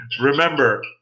remember